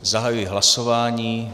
Zahajuji hlasování.